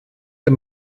der